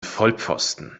vollpfosten